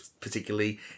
particularly